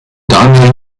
daniel